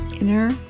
inner